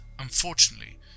Unfortunately